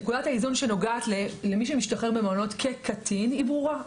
נקודת האיזון שנוגעת למי שמשתחרר ממעונות כקטין היא ברורה.